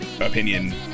opinion